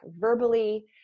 verbally